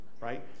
Right